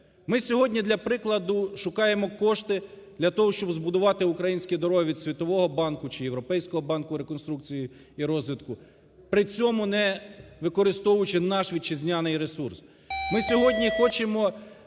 Ми сьогодні, для прикладу, шукаємо кошти для того, щоб збудувати українські дороги від Світового банку чи від Європейського банку реконструкції та розвитку, при цьому не використовуючи наш вітчизняний ресурс.